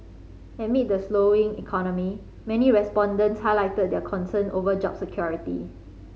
amid the slowing economy many respondents highlighted their concern over job security